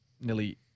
nearly